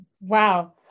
Wow